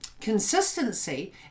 consistency